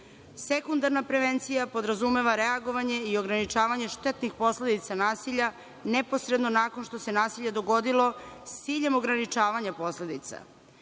Sekundarna prevencija podrazumeva reagovanje i ograničavanje štetnih posledica nasilja, neposredno nakon što se nasilje dogodilo, s ciljem ograničavanja posledica.